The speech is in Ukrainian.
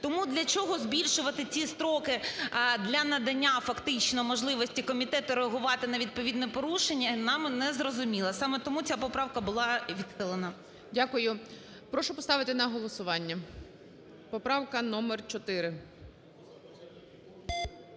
Тому для чого збільшувати ці строки для надання фактично можливості комітету реагувати на відповідне порушення, нам не зрозуміло. Саме тому ця поправка була відхилена. ГОЛОВУЮЧИЙ. Дякую. Прошу поставити на голосування поправка номер 4.